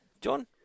John